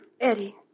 Eddie